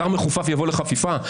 שר מחופף יבוא לחפיפה?